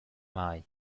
mai